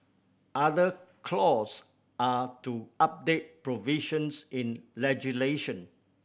other clause are to update provisions in legislation